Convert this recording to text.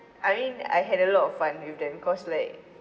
I mean I had a lot of fun with them cause like